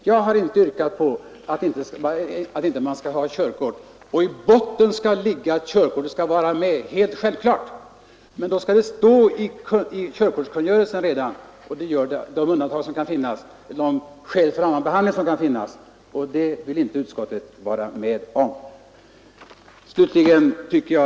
Jag har inte yrkat på att man inte skall behöva ha körkortet med sig. I botten skall självklart ligga att körkortet skall finnas med. I körkortskungörelsen skall anges de skäl som kan finnas för annan behandling, vilket utskottet inte vill vara med om.